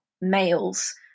males